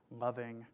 loving